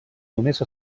només